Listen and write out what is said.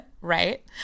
right